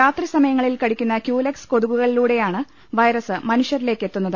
രാത്രി സമയങ്ങളിൽ കടിക്കുന്ന ക്യൂലെക്സ് കൊതുകുകളി ലൂടെയാണ് വൈറസ് മനുഷ്യരിലേക്ക് എത്തുന്നത്